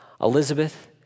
Elizabeth